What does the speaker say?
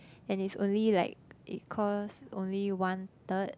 and it's only like it cost only one third